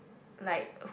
like